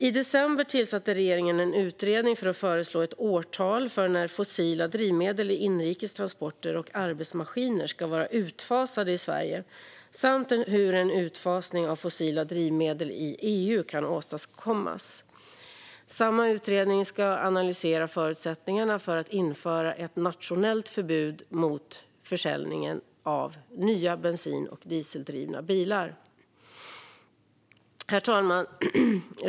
I december tillsatte regeringen en utredning för att föreslå ett årtal för när fossila drivmedel i inrikes transporter och arbetsmaskiner ska vara utfasade i Sverige samt hur en utfasning av fossila drivmedel i EU kan åstadkommas. Samma utredning ska analysera förutsättningarna för att införa ett nationellt förbud mot försäljning av nya bensin och dieseldrivna bilar. Herr talman!